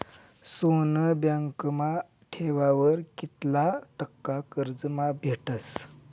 सोनं बँकमा ठेवावर कित्ला टक्का कर्ज माफ भेटस?